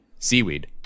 Seaweed